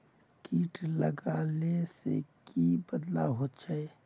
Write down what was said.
किट लगाले से की की बदलाव होचए?